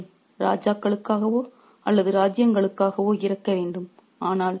அவர்கள் ஏன் ராஜாக்களுக்காகவோ அல்லது ராஜ்யங்களுக்காகவோ இறக்க வேண்டும்